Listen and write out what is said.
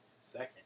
second